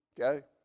Okay